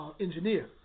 engineer